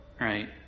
right